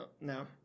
no